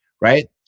right